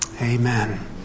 Amen